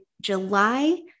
July